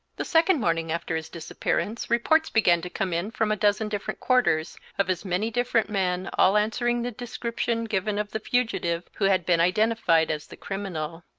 the second morning after his disappearance reports began to come in from a dozen different quarters of as many different men, all answering the description given of the fugitive, who had been identified as the criminal.